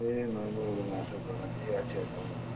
ए नौ मेलको माछा दोकान ए आच्छा आच्छा हो हो